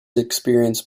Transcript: experienced